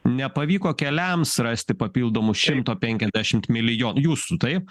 nepavyko keliams rasti papildomų šimto penkiasdešimt milijonų jūsų taip